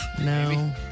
no